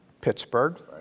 Pittsburgh